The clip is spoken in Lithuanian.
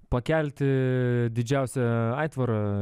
pakelti didžiausią aitvarą